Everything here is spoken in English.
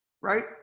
right